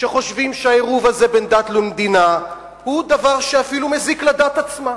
שחושבים שהעירוב הזה בין דת למדינה הוא דבר שאפילו מזיק לדת עצמה.